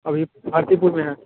अभी पातेपुर में हैं